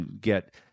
get